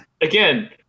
Again